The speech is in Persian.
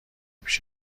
پیش